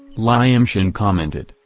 lyamshin commented,